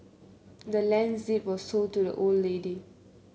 the land's deed was sold to the old lady